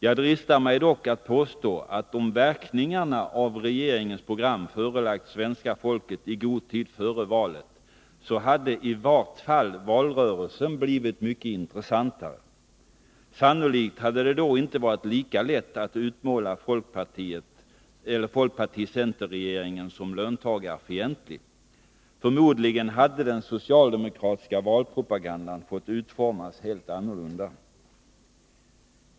Jag dristar mig dock att påstå, att om verkningarna av regeringens program förelagts svenska folket i god tid före valet, så hade i vart fall valrörelsen blivit mycket intressantare. Sannolikt hade det då inte varit lika lätt att utmåla folkparti-center-regeringen som löntagarfientlig. Förmodligen hade den socialdemokratiska valpropagandan fått utformas helt annorlunda.